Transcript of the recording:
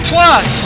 Plus